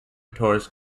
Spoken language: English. torres